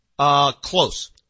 Close